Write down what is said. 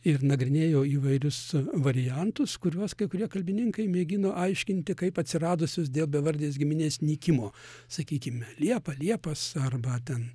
ir nagrinėjau įvairius variantus kuriuos kai kurie kalbininkai mėgino aiškinti kaip atsiradusius dėl bevardės giminės nykimo sakykime liepa liepas arba ten